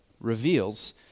reveals